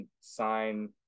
sign